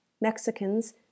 Mexicans